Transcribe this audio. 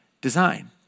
design